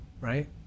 right